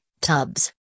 tubs